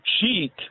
cheat